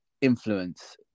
influence